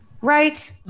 Right